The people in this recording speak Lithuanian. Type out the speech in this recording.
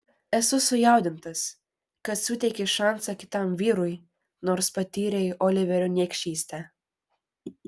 esu sujaudintas kad suteiki šansą kitam vyrui nors patyrei oliverio niekšystę